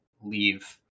leave